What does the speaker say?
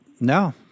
No